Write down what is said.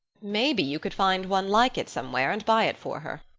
maybe you could find one like it somewhere and buy it for her.